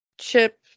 Chip